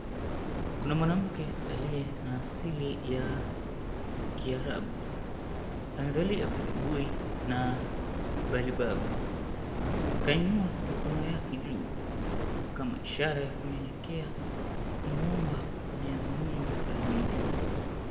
Kuna mwanamke aliye na kiasili ya kiarabu amevalia buibui na balibabu kainua mikono yake juu kama ishara ya kunyenyekea kumwomba mwenyezi Mungu aliyejuu.